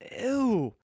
Ew